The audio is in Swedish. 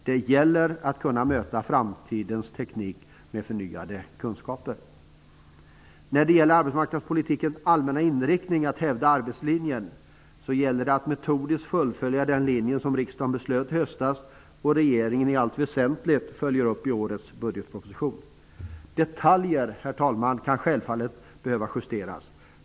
Det gäller att kunna möta framtidens teknik med förnyade kunskaper. När det gäller arbetsmarknadspolitikens allmänna inriktning, att hävda arbetslinjen, gäller det att metodiskt fullfölja den linje som riksdagen beslutade om i höstas och att regeringen i allt väsentligt följer upp i årets budgetproposition. Herr talman! Detaljer kan självfallet behöva justeras.